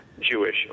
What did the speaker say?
Jewish